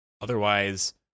Otherwise